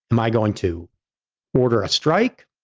am i going to order a strike?